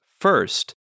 first